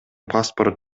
паспорт